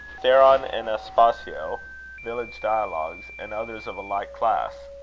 theron and aspasio village dialogues and others of a like class.